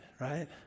right